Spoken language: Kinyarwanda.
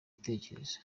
ibitekerezo